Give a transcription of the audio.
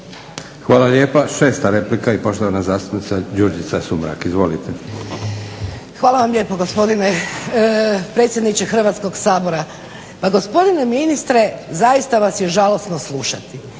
Hvala lijepa. 6.replika i poštovana zastupnica Đurđica Sumrak. Izvolite. **Sumrak, Đurđica (HDZ)** Hvala vam lijepo gospodine predsjedniče Hrvatskog sabora. Pa gospodine ministre zaista vas je žalosno slušati.